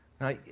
Now